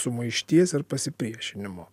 sumaišties ir pasipriešinimo